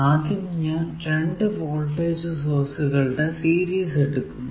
ആദ്യം ഞാൻ രണ്ടു വോൾടേജ് സോഴ്സുകളുടെ സീരീസ് എടുക്കുന്നു